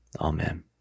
Amen